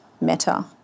meta